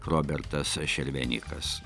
robertas šervenikas